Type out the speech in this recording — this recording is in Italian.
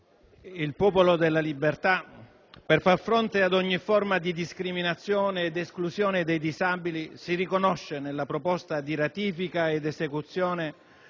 il Popolo della Libertà, per far fronte ad ogni forma di discriminazione ed esclusione dei disabili, si riconosce nella proposta di ratifica ed esecuzione